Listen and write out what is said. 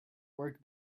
work